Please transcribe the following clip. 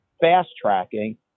fast-tracking